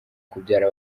kubyara